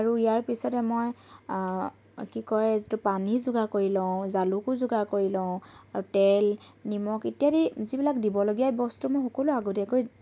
আৰু ইয়াৰ পিছতে মই কি কয় যিটো পানী যোগাৰ কৰি লওঁ জালুকো যোগাৰ কৰি লওঁ আৰু তেল নিমখ ইত্যাদি যিবিলাক দিবলগীয়া বস্তু মই সকলো আগতিয়াকৈ